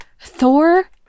Thor